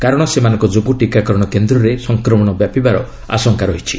କାରଣ ସେମାନଙ୍କ ଯୋଗୁଁ ଟୀକାକରଣ କେନ୍ଦ୍ରରେ ସଂକ୍ରମଣ ବ୍ୟାପିବାର ଆଶଙ୍କା ରହିଛି